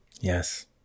Yes